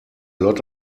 lot